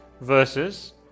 versus